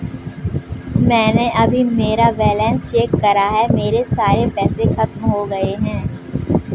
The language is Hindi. मैंने अभी मेरा बैलन्स चेक करा है, मेरे सारे पैसे खत्म हो गए हैं